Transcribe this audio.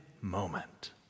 moment